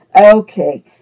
Okay